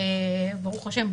ברוך השם,